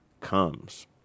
comes